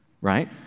right